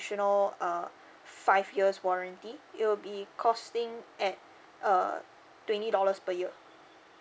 uh five years warranty it will be costing at uh twenty dollars per year